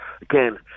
again